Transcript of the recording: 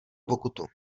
pokutu